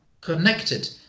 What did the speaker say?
connected